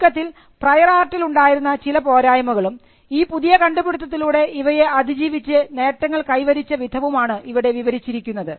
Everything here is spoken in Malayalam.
ചുരുക്കത്തിൽ പ്രയർ ആർട്ടിൽ ഉണ്ടായിരുന്ന ചില പോരായ്മകളും ഈ പുതിയ കണ്ടുപിടിത്തത്തിലൂടെ അവയെ അതിജീവിച്ചു നേട്ടങ്ങൾ കൈവരിച്ച വിധവും ആണ് ഇവിടെ വിവരിച്ചിരിക്കുന്നത്